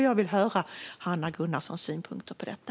Jag vill höra Hanna Gunnarssons synpunkter på detta.